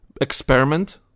experiment